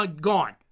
gone